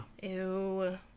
Ew